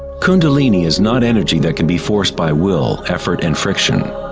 kundalini is not energy that can be forced by will, effort and friction.